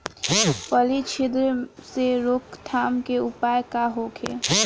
फली छिद्र से रोकथाम के उपाय का होखे?